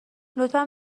لطفا